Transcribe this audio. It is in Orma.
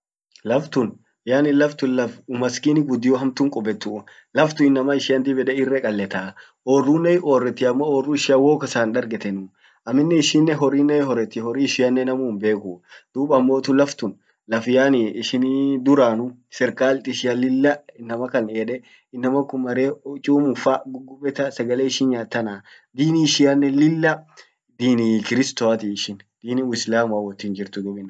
Laf tun yaani laf tun laf umaskini guddio hamtun kubbetu. Laf tun inama ishian dib ede irre kaleta. Orrunen hiorreti ammo orru ishian wou kasan hindargetenuu. Amminen ishinen horrinen hiorreti, horri ishianen namu himbekuu. Dub ammotu laf tun laf yaani ishin duranu serkalt ishian lilla inamakan yede, inaman kun mare chumun fa gubeta. sagale ishin nyaat tana. dini ishianen lilla dini kristoati ishin dini uislamua wot hinjrtu.